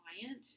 client